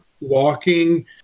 walking